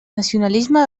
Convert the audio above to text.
nacionalisme